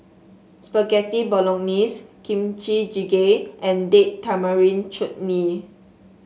Spaghetti Bolognese Kimchi Jjigae and Date Tamarind Chutney